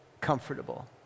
comfortable